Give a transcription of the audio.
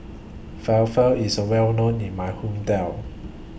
Falafel IS Well known in My Hometown